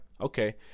Okay